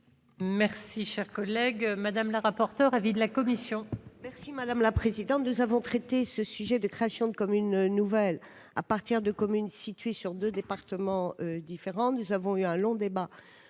Merci, cher collègue Madame la rapporteure, avis de la commission. Merci madame la présidente, de savons traiter ce sujet de création de communes nouvelles à partir de communes situées sur 2 départements différents, nous avons eu un long débat